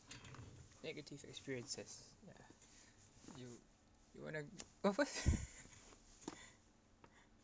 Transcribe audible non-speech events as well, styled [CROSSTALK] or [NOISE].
negative experiences ya you you want to go first [LAUGHS]